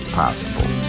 possible